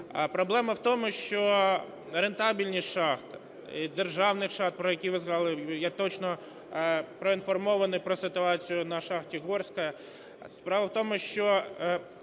Проблема в тому, що рентабельність шахт, державних шахт, про які ви сказали, я точно проінформований про ситуацію на шахті "Горська". Справа в тому, що